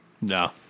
No